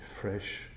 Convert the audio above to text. fresh